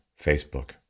Facebook